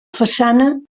façana